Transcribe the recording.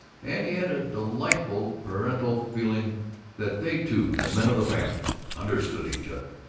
and he had a delightful parental feeling that they two, the men of the family, understood each other.